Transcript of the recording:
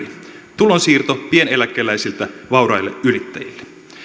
tulonsiirto pieneläkeläisiltä vauraille yrittäjille